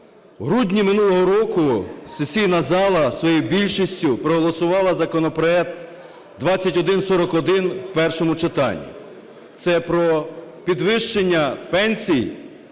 грудні минулого року сесійна зала своєю більшістю проголосувала законопроект 2141 у першому читанні. Це про підвищення пенсій